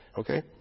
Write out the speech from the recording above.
okay